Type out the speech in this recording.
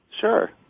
Sure